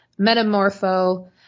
Metamorpho